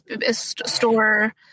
store